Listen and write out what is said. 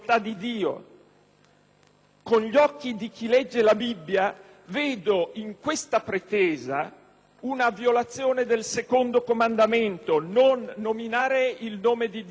Con gli occhi di chi legge la Bibbia, vedo in questa pretesa una violazione del secondo comandamento: «Non nominare il nome di Dio invano».